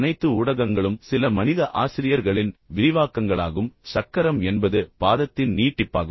அனைத்து ஊடகங்களும் சில மனித ஆசிரியர்களின் விரிவாக்கங்களாகும் சக்கரம் என்பது பாதத்தின் நீட்டிப்பாகும்